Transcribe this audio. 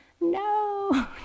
no